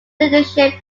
leadership